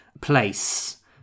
place